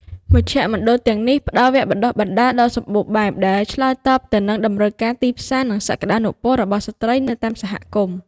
មជ្ឈមណ្ឌលទាំងនេះ ផ្តល់វគ្គបណ្តុះបណ្តាលដ៏សម្បូរបែបដែលឆ្លើយតបទៅនឹងតម្រូវការទីផ្សារ និងសក្តានុពលរបស់ស្ត្រីនៅតាមសហគមន៍។